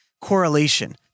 correlation